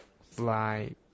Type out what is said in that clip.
fly